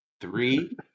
Three